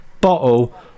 bottle